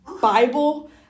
bible